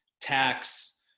tax